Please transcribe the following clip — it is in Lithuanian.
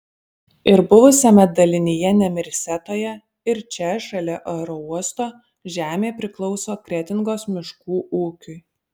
ir buvusiame dalinyje nemirsetoje ir čia šalia aerouosto žemė priklauso kretingos miškų ūkiui